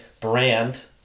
brand